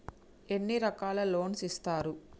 ఎన్ని రకాల లోన్స్ ఇస్తరు?